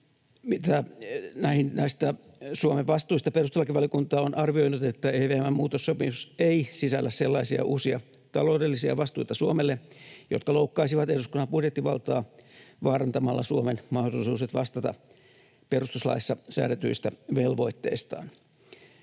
Näistä Suomen vastuista perustuslakivaliokunta on arvioinut, että EVM:n muutossopimus ei sisällä sellaisia uusia taloudellisia vastuita Suomelle, jotka loukkaisivat eduskunnan budjettivaltaa vaarantamalla Suomen mahdollisuudet vastata perustuslaissa säädetyistä velvoitteistaan.